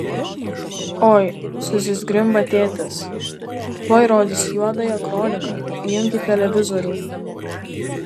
oi susizgrimba tėtis tuoj rodys juodąją kroniką įjunkit televizorių